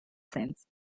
sense